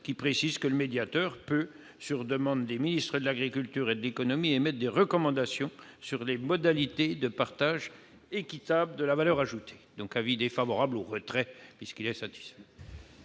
qui précise que le médiateur peut, sur demande des ministres de l'agriculture et de l'économie, émettre des recommandations sur les modalités de partage équitable de la valeur ajoutée. La commission demande donc le retrait